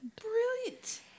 Brilliant